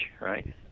right